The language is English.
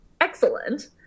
excellent